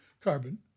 carbon